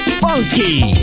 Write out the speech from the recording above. funky